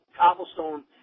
cobblestone